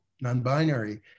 non-binary